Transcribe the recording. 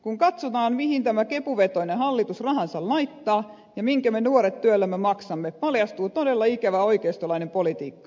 kun katsotaan mihin tämä kepuvetoinen hallitus rahansa laittaa ja minkä me nuoret työllämme maksamme paljastuu todella ikävä oikeistolainen politiikka